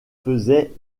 faisait